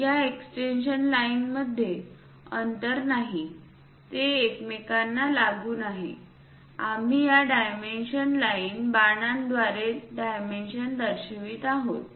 या एक्सटेन्शन लाईनमध्ये अंतर नाही ते एकमेकांना लागून आहे आम्ही या डायमेन्शन लाईन बाणांद्वारे डायमेन्शन दर्शवित आहोत